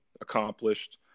accomplished